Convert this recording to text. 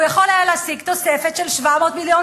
הוא יכול היה להשיג תוספת של 700 מיליון